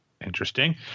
interesting